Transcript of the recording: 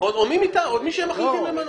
או מי שהם מחליטים למנות.